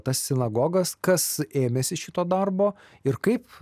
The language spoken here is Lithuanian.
tas sinagogas kas ėmėsi šito darbo ir kaip